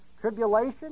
tribulation